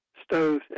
stoves